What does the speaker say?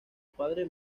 padre